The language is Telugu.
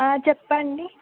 చెప్పండి